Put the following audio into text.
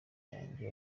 wanjye